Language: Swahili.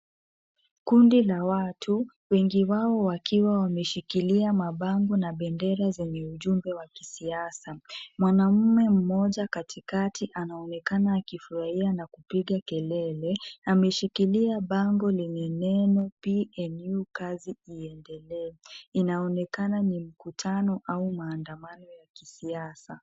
Kundi la watu, wengi wao wakiwa wameshikilia mabango na bendera zenye ujumbe wa kisiasa. Mwanamume mmoja katikati anaonekana akifurahia na kupiga kelele, ameshikilia bango lenye neno PNU kazi iendelee. Inaonekana ni mkutano au maandamano ya kisiasa.